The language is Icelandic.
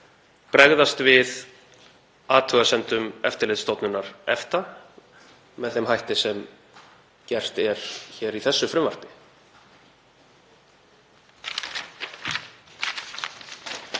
bregðast við athugasemdum Eftirlitsstofnunar EFTA með þeim hætti sem gert er í þessu frumvarpi.